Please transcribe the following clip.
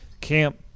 camp